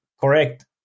correct